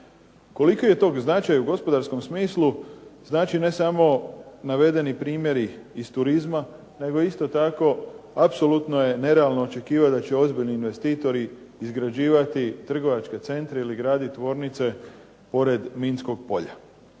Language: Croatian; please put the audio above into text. Koliki je tog značaj u gospodarskom smislu, znači ne samo navedeni primjeri iz turizma, nego isto tako apsolutno je i nerealno očekivati da će ozbiljni investitori izgrađivati trgovačke centre ili graditi tvornice pored minskog polja.